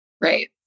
Right